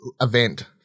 event